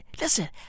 listen